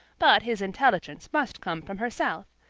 but his intelligence must come from herself,